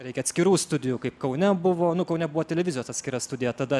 reikia atskirų studijų kaip kaune buvo nu kaune buvo televizijos atskira studija tada